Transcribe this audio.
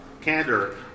candor